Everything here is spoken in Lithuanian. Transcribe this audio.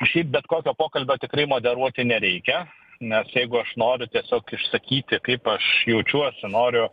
šiaip bet kokio pokalbio tikrai moderuoti nereikia nes jeigu aš noriu tiesiog išsakyti kaip aš jaučiuosi noriu